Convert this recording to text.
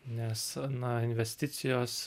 nes na investicijos